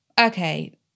okay